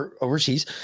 overseas